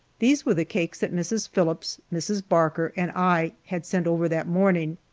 these were the cakes that mrs. phillips, mrs. barker, and i had sent over that morning.